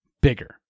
Bigger